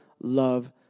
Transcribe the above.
love